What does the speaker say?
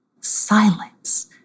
Silence